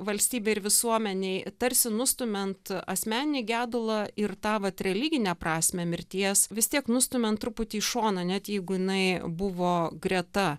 valstybei ir visuomenei tarsi nustumiant asmeninį gedulą ir tą vat religinę prasmę mirties vis tiek nustumiant truputį į šoną net jeigu jinai buvo greta